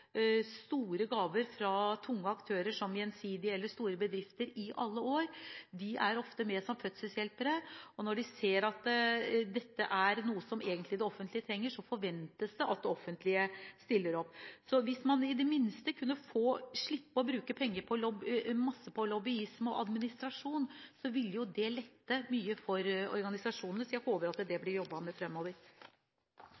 store gaver fra tunge aktører som Gjensidige eller store bedrifter i alle år. De er ofte med som fødselshjelpere, og når de ser at dette er noe som det offentlige trenger, forventes det at det offentlige også stiller opp. Hvis organisasjonene i det minste kunne få slippe å bruke masse penger på lobbyisme og administrasjon, ville det lette mye. Jeg håper at det